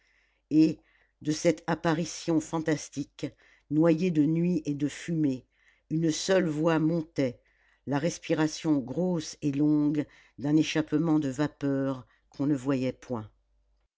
et de cette apparition fantastique noyée de nuit et de fumée une seule voix montait la respiration grosse et longue d'un échappement de vapeur qu'on ne voyait point